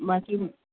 बाक़ी